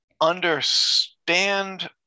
understand